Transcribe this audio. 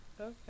Okay